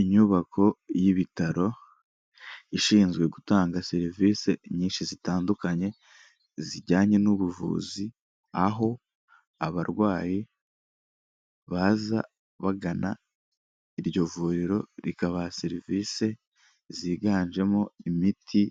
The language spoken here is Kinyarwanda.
Inyubako y'ibitaro, ishinzwe gutanga serivise nyinshi zitandukanye zijyanye n'ubuvuzi, aho abarwayi baza bagana iryo vuriro, rikabaha serivisi ziganjemo imiti,